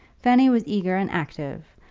fanny was eager and active,